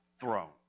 throne